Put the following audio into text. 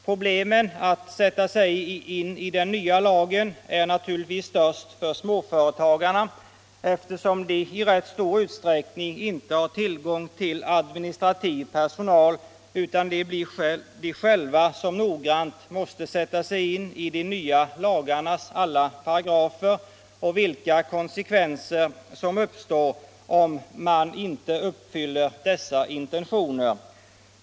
Problemen med att klara den nya lagen är naturligtvis störst för småföretagarna, eftersom de i rätt så stor utsträckning inte har tillgång till administrativ personal, utan det blir de själva som noggrant måste sätta sig in i alla nya paragrafer och vilka konsekvenser som uppstår om man inte uppfyller dessa intentioner.